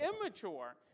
immature